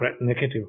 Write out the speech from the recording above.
negative